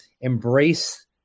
embrace